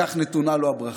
ועל כך נתונה לו הברכה.